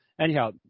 anyhow